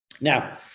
now